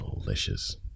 delicious